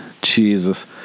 Jesus